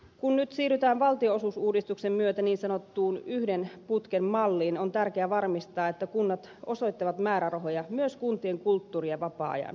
kun nyt siirrytään valtionosuusuudistuksen myötä niin sanottuun yhden putken malliin on tärkeää varmistaa että kunnat osoittavat määrärahoja myös kuntien kulttuuri ja vapaa ajan palveluihin